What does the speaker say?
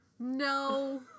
No